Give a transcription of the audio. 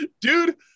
dude